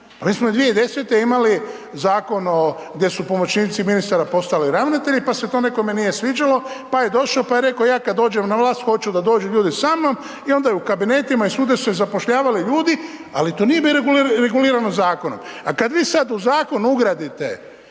mi smo 2010. imali zakon o gdje su pomoćnici ministara postali ravnatelji pa se to nekome nije sviđalo, pa je došo pa je reko ja kad dođem na vlast hoću da dođu ljudi sa mnom i onda je u kabinetima i svuda su se zapošljavali ljudi, ali to nije bilo regulirano zakonom.